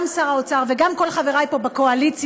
גם שר האוצר וגם כל חברי פה בקואליציה,